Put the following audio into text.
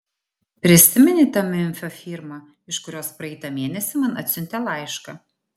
prisimeni tą memfio firmą iš kurios praeitą mėnesį man atsiuntė laišką